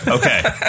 Okay